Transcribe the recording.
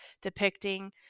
depicting